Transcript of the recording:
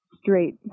straight